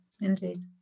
Indeed